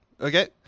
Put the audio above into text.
Okay